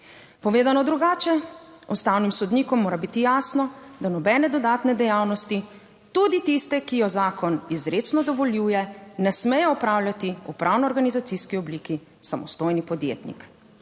Povedano drugače: ustavnim sodnikom mora biti jasno, da nobene dodatne dejavnosti, tudi tiste, ki jo zakon izrecno dovoljuje, ne smejo opravljati v pravno organizacijski obliki samostojni podjetnik,